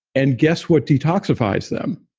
and guess what detoxifies them?